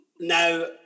Now